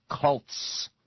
cults